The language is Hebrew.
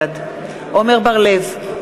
בעד עמר בר-לב,